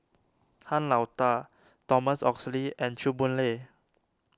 Han Lao Da Thomas Oxley and Chew Boon Lay